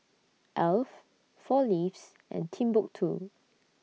Alf four Leaves and Timbuk two